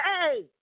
Hey